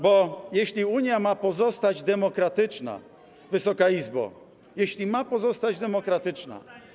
Bo jeśli Unia ma pozostać demokratyczna, Wysoka Izbo, jeśli ma pozostać demokratyczna.